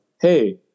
hey